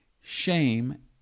shame